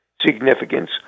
significance